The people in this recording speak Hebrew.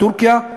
טורקיה,